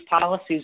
policies